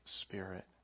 spirit